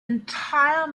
entire